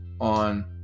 on